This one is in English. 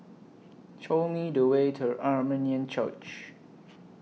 Show Me The Way to Armenian Church